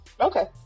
Okay